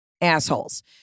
assholes